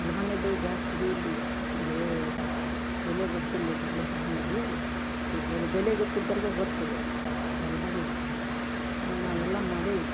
ಒಲ್ ಮನಿದು ಜಾಸ್ತಿದು ಇಲ್ಲ ಈಗ ಬೆಳೆ ಬೆಲೆ ಗೊತ್ತಿಲ್ಲ ಈಗ ಹೊಲದ ಮನಿದು ಈಗಲ್ಲ ಬೆಲೆ ಗೊತ್ತಿದ್ದರ್ಗ ಗೊತ್ತದ ಹೊಲ ಮನಿದ ನಾವೆಲ್ಲಾ ಮಾಡೇವಿ